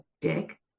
dick